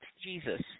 Jesus